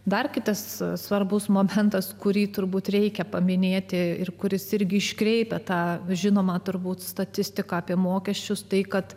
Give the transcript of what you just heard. dar kitas svarbus momentas kurį turbūt reikia paminėti ir kuris irgi iškreipia tą žinomą turbūt statistiką apie mokesčius tai kad